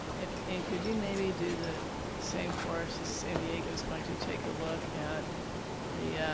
and and could you maybe do the same for us. san diego's going to take a look at the